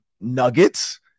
nuggets